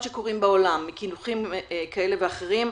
שקורים בעולם מקילוחים כאלה ואחרים,